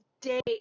date